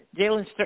Jalen